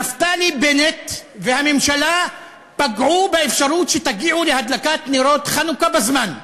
נפתלי בנט והממשלה פגעו באפשרות שתגיעו להדלקת נרות חנוכה בזמן.